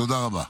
תודה רבה.